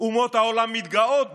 אומות העולם מתגאות בזה.